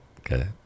Okay